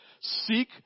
Seek